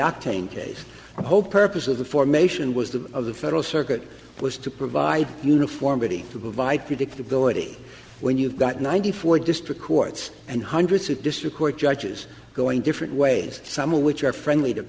octane case hope purpose of the formation was the of the federal circuit was to provide uniformity to provide predictability when you've got ninety four district courts and hundreds of district court judges going different ways some of which are friendly to